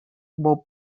bob